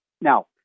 Now